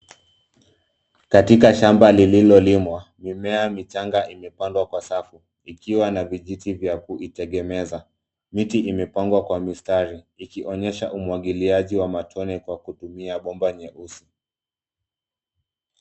Katika shamba lililolimwa mimea michanga imepandwa kwa safu ikiwa na vijiti vya kuitegemeza. Miti imepangwa kwa mistari ikionyesha umwangiliaji wa matone kwa kutumia bomba nyeusi.